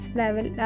level